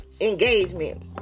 engagement